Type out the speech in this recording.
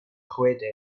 chwedegau